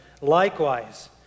Likewise